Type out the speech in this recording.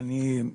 אני,